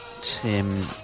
Tim